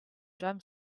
drum